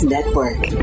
Network